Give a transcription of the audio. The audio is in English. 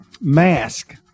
mask